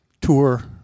tour